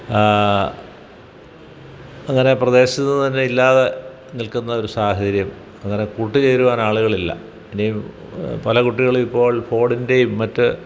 ആ അങ്ങനെ പ്രദേശത്ത് തന്നെ ഇല്ലാതെ നിൽക്കുന്ന ഒരു സാഹചര്യം അങ്ങനെ കൂട്ടുചേരുവാൻ ആളുകളില്ല ഇനി പല കുട്ടികളും ഇപ്പോൾ ഫോഡിൻ്റെയും മറ്റ്